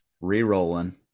Re-rolling